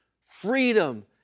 freedom